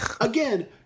again